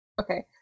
okay